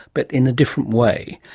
but in a different way.